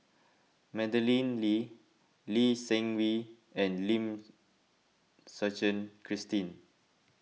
Madeleine Lee Lee Seng Wee and Lim Suchen Christine